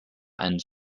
and